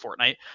Fortnite